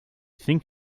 think